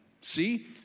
See